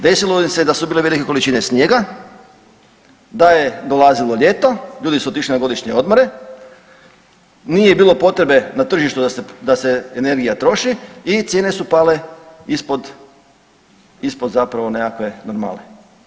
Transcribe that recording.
Desilo im se da su bile velike količine snijega, da je dolazilo ljeto, ljudi su otišli na godišnje odmore, nije bilo potrebe na tržištu da se energija troši i cijene su pale ispod, ispod zapravo nekakve normale.